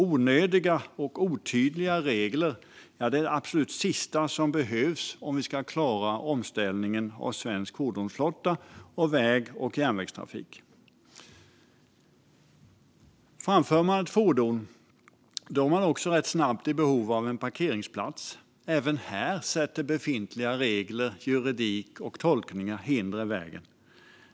Onödiga och otydliga regler är det absolut sista som behövs om vi ska klara omställningen av svensk fordonsflotta och väg och järnvägstrafik. Framför man ett fordon är man också rätt snabbt i behov av en parkeringsplats. Även här sätter befintliga regler, juridik och tolkningar hinder i vägen.